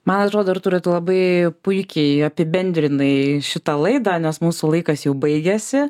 man atrodo artūrai tu labai puikiai apibendrinai šitą laidą nes mūsų laikas jau baigėsi